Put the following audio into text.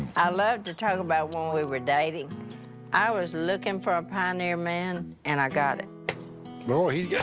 i love to talk about when we were dating i was lookin' for a pioneer man, and i got it. oh he's yeah